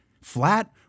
Flat